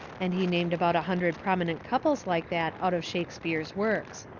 and he named about a hundred prominent couples like that out of shakespeare's works.